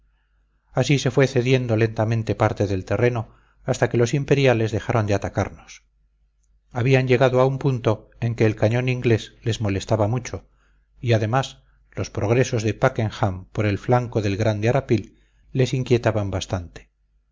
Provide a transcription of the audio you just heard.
así se fue cediendo lentamente parte del terreno hasta que los imperiales dejaron de atacarnos habían llegado a un punto en que el cañón inglés les molestaba mucho y además los progresos de packenham por el flanco del grande arapil les inquietaban bastante